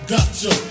Gotcha